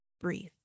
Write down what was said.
breathe